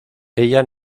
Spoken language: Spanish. ella